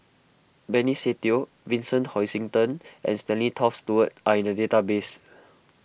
Benny Se Teo Vincent Hoisington and Stanley Toft Stewart are in the database